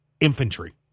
infantry